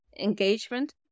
engagement